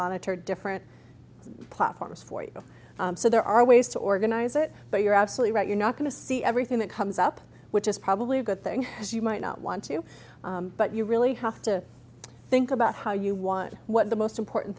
monitor different platforms for you know so there are ways to organize it but you're absolutely right you're not going to see everything that comes up which is probably a good thing because you might not want to but you really have to think about how you want what the most important